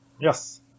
Yes